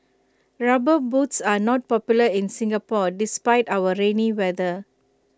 rubber boots are not popular in Singapore despite our rainy weather